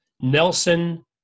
Nelson